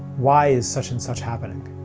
why is such and such happening?